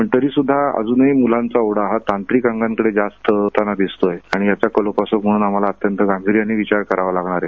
पण तरीसुद्धा अजुनही मुलांचा ओढा हा तांत्रिक अंगाकडे जास्त होताना दिसतोय आणि याचा कलोपासक म्हणून आम्हाला जास्त गांभीर्याने विचार करावा लागणार आहे